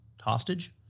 hostage